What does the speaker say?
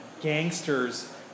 gangsters